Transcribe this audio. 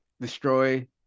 destroy